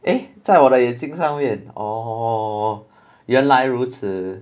eh 在我的眼睛上面 orh 原来如此